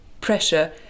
pressure